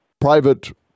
private